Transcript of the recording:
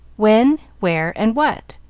when, where, and what?